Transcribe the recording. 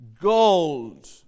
gold